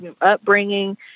upbringing